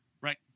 Right